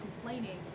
complaining